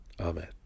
Amen